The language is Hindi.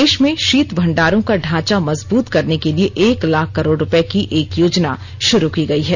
देश में शीत भण्डारों का ढांचा मजबूत करने के लिए एक लाख करोड रूपये की एक योजना शुरू की गई है